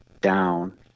down